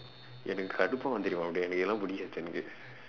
எனக்கு கடுப்பாகும் தெரியுமா அப்படியே:enakku kaduppaakum theriyumaa appadiyee